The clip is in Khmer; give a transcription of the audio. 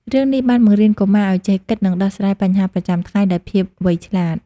រឿងនេះបានបង្រៀនកុមារឲ្យចេះគិត និងដោះស្រាយបញ្ហាប្រចាំថ្ងៃដោយភាពវៃឆ្លាត។